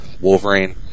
Wolverine